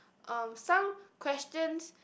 um some questions